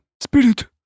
spirit